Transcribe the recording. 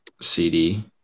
CD